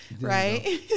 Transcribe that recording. Right